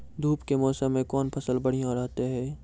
धूप के मौसम मे कौन फसल बढ़िया रहतै हैं?